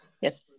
Yes